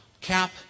CAP